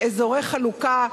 אזורי חלוקה,